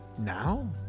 now